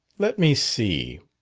let me see.